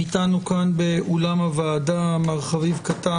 אתנו כאן באולם הוועדה מר חביב קטן,